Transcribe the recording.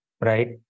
right